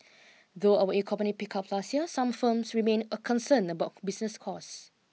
though our economy pick up last year some firms remain a concerned about business costs